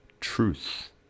truth